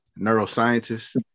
neuroscientist